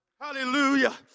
Hallelujah